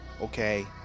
Okay